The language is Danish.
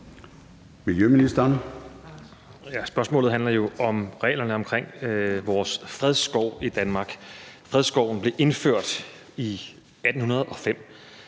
Spørgsmålet handler jo om reglerne omkring fredskov i Danmark. Fredskoven blev indført i 1805.